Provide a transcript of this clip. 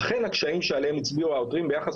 אכן הקשיים שעליהם הצביעו העותרים ביחס